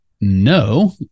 no